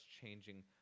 changing